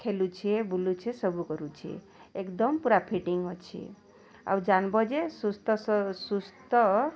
ଖେଲୁଛି ବୁଲୁଛି ସବୁ କରୁଛି ଏକଦମ୍ ପୁରା ଫିଟିଙ୍ଗ୍ ଅଛି ଆଉ ଜାନ୍ବ ଯେ ସୁସ୍ଥ